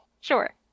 Sure